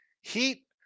Heat